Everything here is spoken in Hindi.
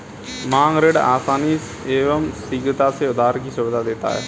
मांग ऋण आसानी एवं शीघ्रता से उधार की सुविधा देता है